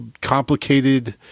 complicated